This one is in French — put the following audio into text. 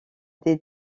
des